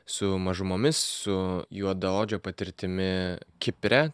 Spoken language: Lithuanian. su mažumomis su juodaodžio patirtimi kipre